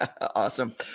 Awesome